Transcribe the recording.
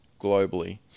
globally